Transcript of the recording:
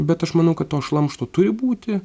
bet aš manau kad to šlamšto turi būti